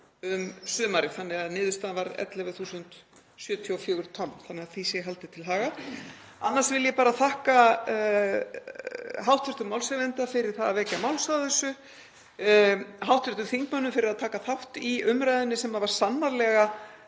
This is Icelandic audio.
um sumarið þannig að niðurstaðan varð 11.074 tonn svo að því sé haldið til haga. Annars vil ég bara þakka hv. málshefjanda fyrir að vekja máls á þessu og hv. þingmönnum fyrir að taka þátt í umræðunni sem var sannarlega